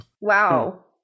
wow